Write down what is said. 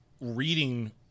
reading